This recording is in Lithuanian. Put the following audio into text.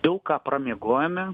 daug ką pramiegojome